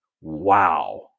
wow